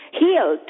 heal